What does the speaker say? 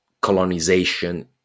colonization